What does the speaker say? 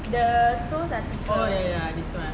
the soles are thicker